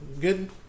Good